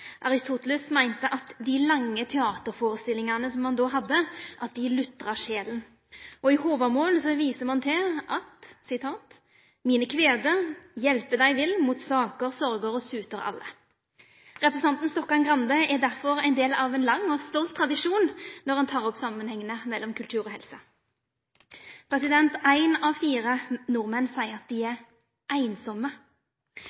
Aristoteles meinte at dei lange teaterforestillingane ein då hadde, lutra sjela. I Håvamål viser ein til at «Mine kvede … hjelpe deg vil mot saker og sorger og suter alle». Representanten Stokkan-Grande er derfor ein del av ein lang og stolt tradisjon når han tek opp samanhengane mellom kultur og helse. Ein av fire nordmenn seier at dei